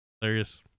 Hilarious